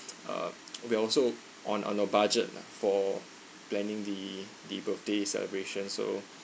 uh we also on on a budget for planning the the birthday celebration so